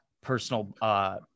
personal